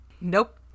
Nope